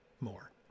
more